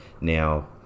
Now